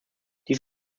dies